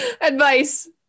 advice